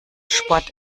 sport